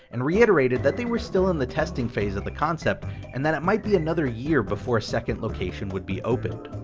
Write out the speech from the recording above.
and reiterated that they were still in the testing phase of the concept and that it might be another year before a second location would be opened.